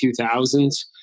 2000s